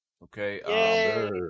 Okay